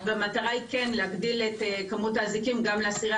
והמטרה היא כן להגדיל את כמות האזיקים גם לאסירי